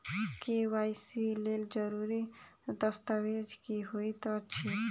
KYC लेल जरूरी दस्तावेज की होइत अछि?